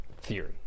theory